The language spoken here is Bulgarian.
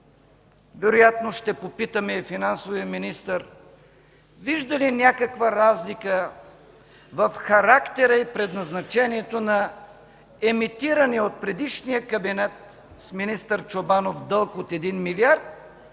Вероятно ще попитаме финансовия министър: вижда ли някаква разлика в характера и предназначението на емитирания от предишния кабинет с министър Чобанов дълг от един милиард